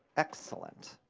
excellent.